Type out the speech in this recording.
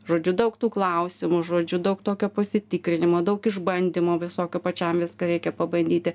žodžiu daug tų klausimų žodžiu daug tokio pasitikrinimo daug išbandymų visokių pačiam viską reikia pabandyti